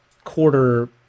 quarter